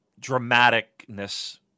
dramaticness